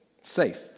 safe